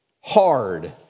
hard